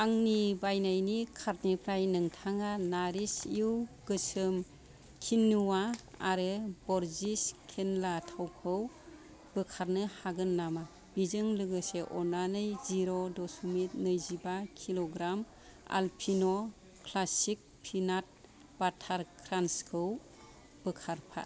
आंनि बायनायनि कार्टनिफ्राय नोंथाङा नारिश इय गोसोम किव्न'या आरो बरजिस खेनला थावखौ बोखारनो हागोन नामा बेजों लोगोसे अन्नानै जिर' दसमिक नैजिबा किल'ग्राम आलफिन' क्लासिक पिनाथ बाटार क्रान्सखौ बोखारफा